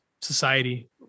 society